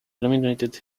eliminated